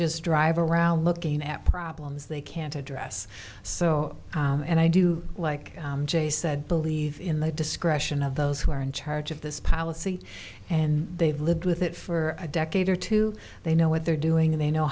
just drive around looking at problems they can't address so and i do like jay said believe in the discretion of those who are in charge of this policy and they've lived with it for a decade or two they know what they're doing they know